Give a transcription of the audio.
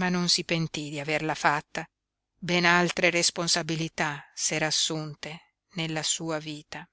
ma non si pentí di averla fatta ben altre responsabilità s'era assunte nella sua vita